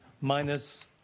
minus